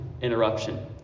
interruption